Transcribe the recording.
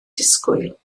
disgwyl